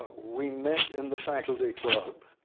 ah we met in the faculty club.